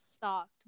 soft